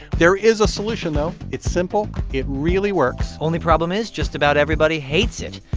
there is a solution, though. it's simple. it really works only problem is just about everybody hates it,